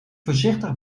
voorzichtig